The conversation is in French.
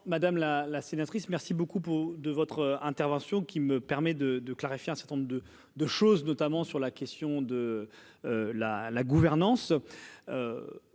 madame la la sénatrice merci beaucoup au de votre intervention, qui me permet de de clarifier un certain nombre de de choses, notamment sur la question de la la gouvernance